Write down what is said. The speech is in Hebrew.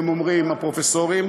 אומרים הפרופסורים,